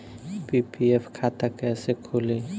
PPF खाता कैसे खुली?